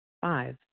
Five